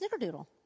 snickerdoodle